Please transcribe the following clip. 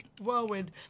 whirlwind